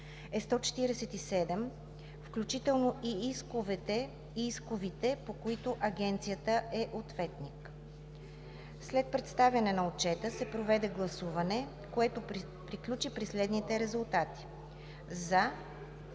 147, включително и исковите, по които Агенцията е ответник. След представяне на Отчета се проведе гласуване, което приключи при следните резултати: „за“